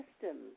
system